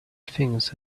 things